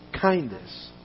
kindness